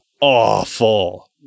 awful